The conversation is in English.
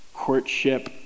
courtship